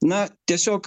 na tiesiog